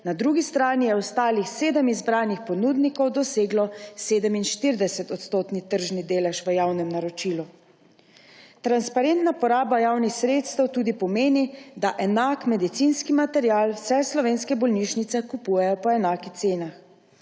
Na drugi strani je ostalih 7 izbranih ponudnikov doseglo 47-odstotni tržni delež v javnem naročilu. Transparentna pora javnih sredstev tudi pomeni, da enak medicinski material vse slovenske bolnišnice kupujejo po enakih cenah.